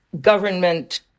government